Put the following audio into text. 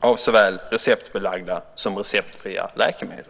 av såväl receptbelagda som receptfria läkemedel.